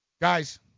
Guys